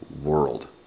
world